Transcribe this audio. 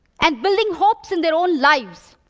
and building hopes in their own lives.